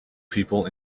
people